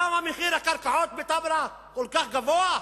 למה מחיר הקרקעות בתמרה כל כך גבוה?